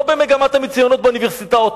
לא במגמת המצוינות באוניברסיטאות,